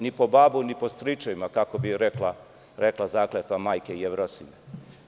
Ni po babu, ni po stričevima, kako bi rekla zakletva Majke Jevrosime.